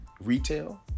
retail